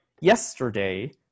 Yesterday